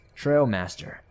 Trailmaster